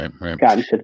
Right